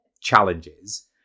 challenges